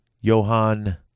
Johan